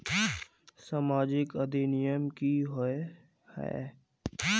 सामाजिक अधिनियम की होय है?